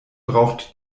braucht